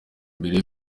mbere